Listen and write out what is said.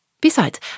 Besides